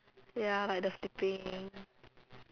ya like the sleeping